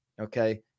okay